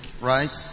right